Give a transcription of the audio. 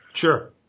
Sure